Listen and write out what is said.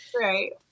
right